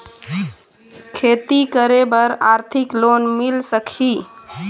खेती करे बर आरथिक लोन मिल सकही?